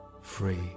free